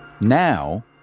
Now